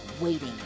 waiting